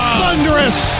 thunderous